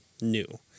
new